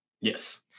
Yes